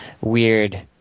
weird